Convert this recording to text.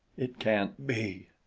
it can't be!